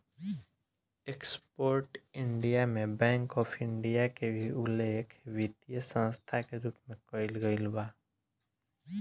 export import में bank of India के भी उल्लेख वित्तीय संस्था के रूप में कईल गईल बा